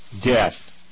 death